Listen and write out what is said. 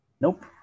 Nope